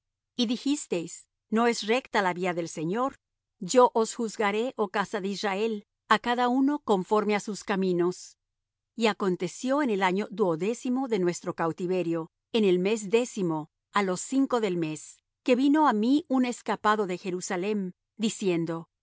y dijisteis no es recta la vía del señor yo os juzgaré oh casa de israel á cada uno conforme á sus caminos y aconteció en el año duodécimo de nuestro cautiverio en el mes décimo á los cinco del mes que vino á mí un escapado de jerusalem diciendo la